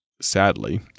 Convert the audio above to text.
Sadly